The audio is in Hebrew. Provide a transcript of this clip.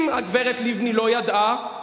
אם הגברת לבני לא ידעה,